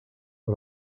per